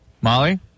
Molly